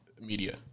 media